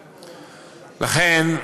לכן,